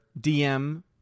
DM